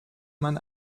man